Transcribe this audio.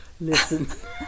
Listen